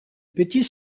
petit